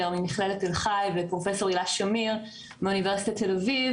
ממכללת תל חי ופרופ' הילה שמיר מאוניברסיטת תל אביב,